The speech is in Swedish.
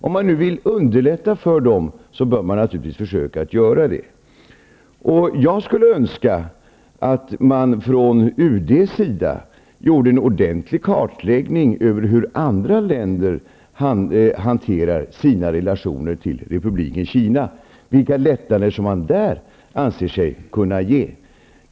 Om man nu kan underlätta för dem bör man naturligtvis göra det. Jag skulle önska att man från UD:s sida gjorde en ordentlig kartläggning över hur andra länder hanterar sina relationer till Republiken Kina och vilka lättnader de anser sig kunna ge.